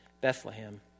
Bethlehem